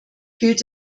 gilt